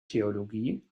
theologie